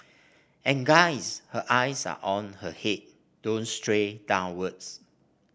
and guys her eyes are on her head don't stray downwards